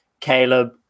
Caleb